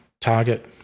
target